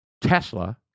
Tesla